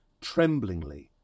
tremblingly